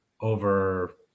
over